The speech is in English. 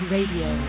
Radio